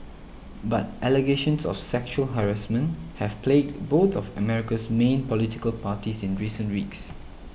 but allegations of sexual harassment have plagued both of America's main political parties in recent weeks